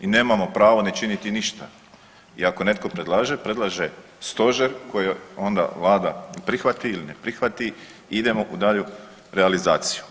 I nemamo pravo ne činiti ništa i ako netko predlaže, predlaže stožer koje onda vlada prihvati ili ne prihvati i idemo u dalju realizaciju.